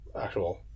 actual